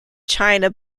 china